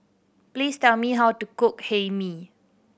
please tell me how to cook Hae Mee